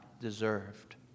deserved